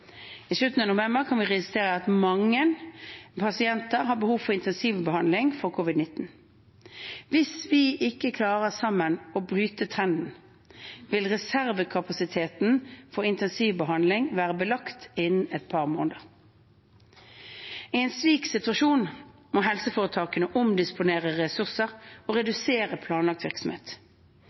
I slutten av november kan vi risikere at mange pasienter har behov for intensivbehandling for covid-19. Hvis vi ikke sammen klarer å bryte trenden, vil reservekapasiteten for intensivbehandling være belagt innen et par måneder. I en slik situasjon må helseforetakene omdisponere ressurser og redusere planlagt virksomhet.